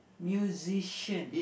musician